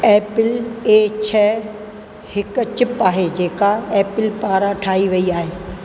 Apple ए छह हिकु चिप आहे जेका एपल पारां ठाही वेई आहे